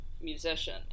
musician